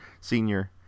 senior